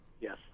Yes